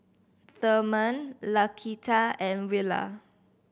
Therman Laquita and Willa